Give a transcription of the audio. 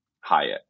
hyatt